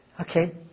Okay